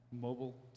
mobile